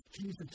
Jesus